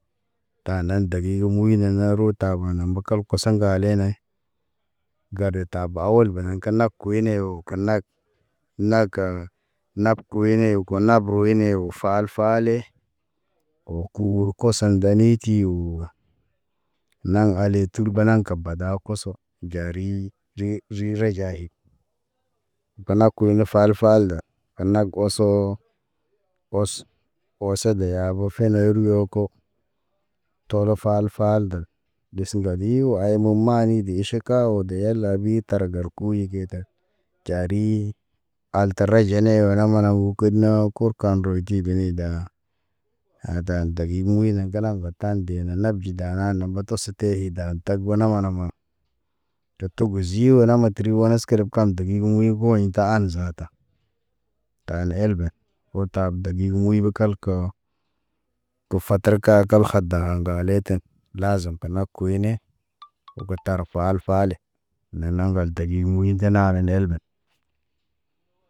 Ta nan dagig muy ro ta ba na mba ŋgal koso ŋgale nay, garde ta ba wol bena ke na kuy ne o kenak. Na ka na kuy ne kona bruy ne o fal- fale, o kur kɔsɔŋ ŋgani ti o. Laŋ ale tur bana kabad a kɔsɔ, jari ri ri re jay. Kena kul ne fal- falə, kenak oso ɔs ɔse de yabo fene ri oko. Tolo fal- fal də, dis ŋgali waye me mani de ʃika kaw de yala bi targar ku e di ta. Jari al tara jene wene mane u ked neku, kur kan rɔydi dini da, ha dan dagig muy den galaŋ ŋgɔ, dan de na nabji dana na mba tɔs te i dan tag. Tag bona mana mana, te togo zi o na matri ones ke kam degig muy ho ḭ tahan zata. Ta ne elbḛ, o tab dagig muy ke kelke ke fakarka kalka da ŋgalen ten, lazam kama kuy ne. Ge tar fa fale, ne naŋgal dagig muy de nane nelme.